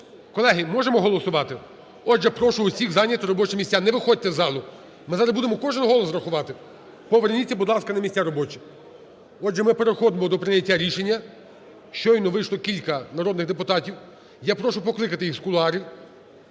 Колеги, можемо голосувати? Отже, прошу всіх зайняти робочі місця, не виходьте з залу. Ми зараз будемо кожен голос рахувати. Поверніться, будь ласка, на місця робочі. Отже, ми переходимо до прийняття рішення. Щойно вийшло кілька народних депутатів. Я прошу покликати їх з кулуарів.